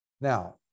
Now